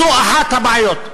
זו אחת הבעיות,